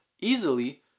easily